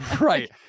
Right